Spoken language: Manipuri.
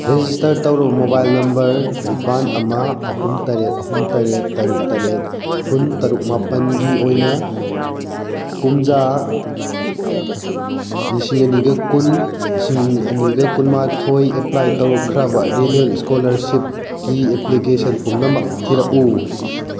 ꯔꯦꯖꯤꯁꯇꯔꯠ ꯇꯧꯔꯕ ꯃꯣꯕꯥꯏꯜ ꯅꯝꯕꯔ ꯅꯤꯄꯥꯜ ꯑꯃ ꯑꯍꯨꯝ ꯇꯔꯦꯠ ꯑꯍꯨꯝ ꯇꯔꯦꯠ ꯇꯔꯨꯛ ꯇꯔꯦꯠ ꯐꯨꯟ ꯇꯔꯨꯛ ꯃꯥꯄꯜꯒꯤ ꯑꯣꯏꯅ ꯀꯨꯝꯖꯥ ꯂꯤꯁꯤꯡ ꯑꯅꯤꯒ ꯀꯨꯟ ꯂꯤꯁꯤꯡ ꯑꯅꯤꯒ ꯀꯨꯟꯃꯥꯊꯣꯏ ꯑꯦꯞꯄ꯭ꯂꯥꯏ ꯇꯧꯔꯛꯈ꯭ꯔꯕ ꯔꯤꯅꯨꯋꯦꯜ ꯏꯁꯀꯣꯂꯥꯔꯁꯤꯞꯀꯤ ꯑꯦꯄ꯭ꯂꯤꯀꯦꯁꯟ ꯄꯨꯝꯅꯃꯛ ꯊꯤꯔꯛꯎ